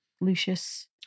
Lucius